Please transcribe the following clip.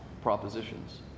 propositions